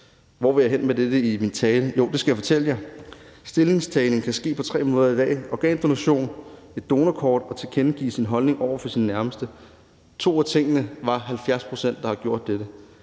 Hvor vil jeg hen med dette i min tale? Det skal jeg fortælle jer. Stillingtagen kan ske på tre måder i dag: organdonation, et donorkort og at tilkendegive sin holdning over for sine nærmeste. To af tingene er der 70 pct. der har gjort,